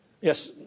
Yes